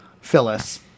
Phyllis